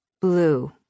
Blue